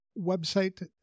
website